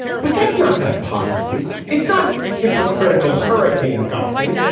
but that's not the hypocrisy. it's not hypocritical hurricane golfing.